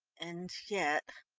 and yet